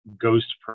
ghost